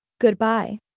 goodbye